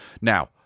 Now